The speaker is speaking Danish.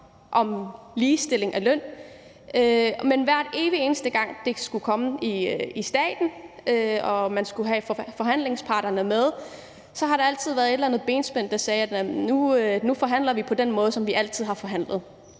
om ligestilling af løn, men hver evig eneste gang det blev taget op af staten og man skulle have forhandlingsparterne med, har der altid været et eller andet benspænd, der sagde, at nu forhandler vi på den måde, som vi altid har forhandlet.